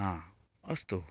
अस्तु